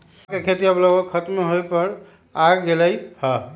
समा के खेती अब लगभग खतमे होय पर आ गेलइ ह